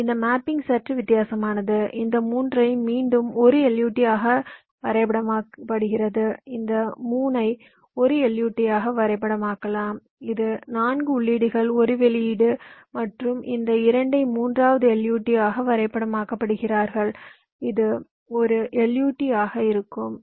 ஆனால் இந்த மேப்பிங் சற்று வித்தியாசமானது இந்த மூன்றையும் மீண்டும் 1 LUT ஆக வரை படமாக்கப்படுகிறது இந்த 3 ஐ 1 LUT ஆக வரைபடம் ஆக்கலாம் இது 4 உள்ளீடுகள் ஒரு வெளியீடு மற்றும் இந்த 2 ஐ மூன்றாவது LUT ஆக வரைபடம் ஆக்கப்படுகிறார்கள் இது ஒரு LUT ஆக இருக்கும்